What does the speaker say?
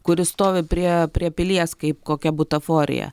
kuris stovi prie prie pilies kaip kokia butaforija